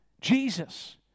Jesus